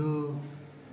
दू